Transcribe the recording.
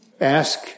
ask